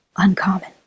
Uncommon